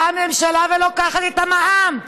באה הממשלה ולוקחת את המע"מ.